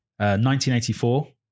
1984